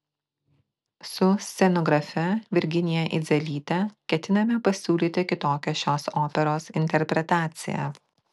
su scenografe virginija idzelyte ketiname pasiūlyti kitokią šios operos interpretaciją